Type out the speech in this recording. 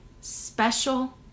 special